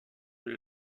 les